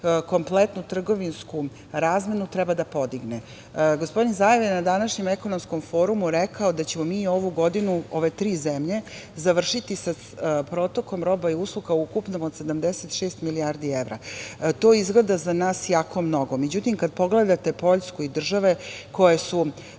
kompletnu trgovinsku razmenu treba da podigne. Gospodin Zaev je na današnjem ekonomskom forumu rekao da ćemo mi ovu godinu, ove tri zemlje, završiti sa protokom roba i usluga ukupnom od 76 milijardi evra. To izgleda za nas jako mnogo, međutim kada pogledate Poljsku i države koje su